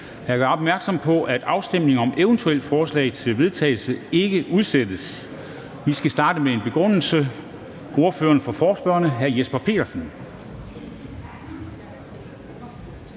Jeg gør opmærksom på, at afstemning om eventuelle forslag til vedtagelse ikke udsættes. Vi skal starte med en begrundelse. Ordføreren for forespørgerne, hr. Jesper Petersen.